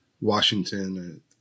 Washington